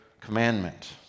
commandment